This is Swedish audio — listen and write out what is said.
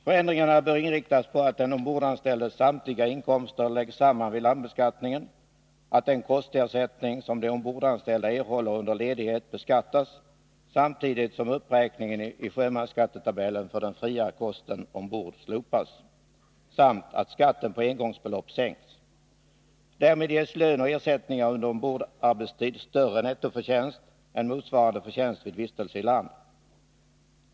Förändringarna bör inriktas på att den ombordanställdes samtliga inkomster läggs samman vid landbeskattningen, att den kostersättning som de ombordanställda erhåller under ledighet beskattas samtidigt som uppräkningen i sjömansskattetabellen för den fria kosten ombord slopas, samt att skatten på engångsbelopp sänks. Därmed ger löner och ersättningar under ombordarbetstid större nettoförtjänst än motsvarande inkomst under vistelse i land.